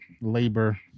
labor